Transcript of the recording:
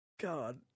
god